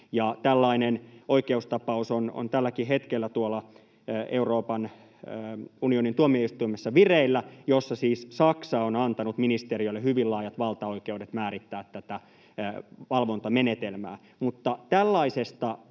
Tällainen oikeustapaus on tälläkin hetkellä tuolla Euroopan unionin tuomioistuimessa vireillä, kun siis Saksa on antanut ministeriölle hyvin laajat valtaoikeudet määrittää tätä valvontamenetelmää.